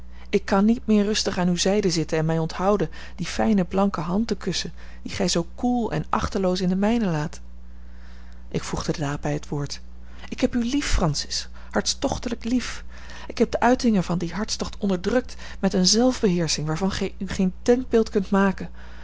ik kan niet meer rustig aan uw zijde zitten en mij onthouden die fijne blanke hand te kussen die gij zoo koel en achteloos in de mijne laat ik voegde de daad bij het woord ik heb u lief francis hartstochtlijk lief ik heb de uitingen van dien hartstocht onderdrukt met eene zelfbeheersching waarvan gij u geen denkbeeld kunt maken